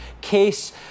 case